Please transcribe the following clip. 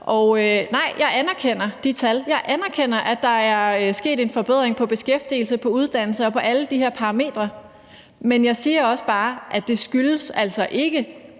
nej, jeg anerkender de tal. Jeg anerkender, at der er sket en forbedring i beskæftigelse, uddannelse og på alle de her parametre. Men jeg siger også bare, at det altså ikke